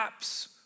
apps